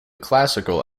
classical